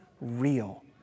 real